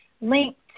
linked